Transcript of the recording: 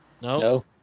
No